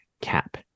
cap